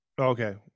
Okay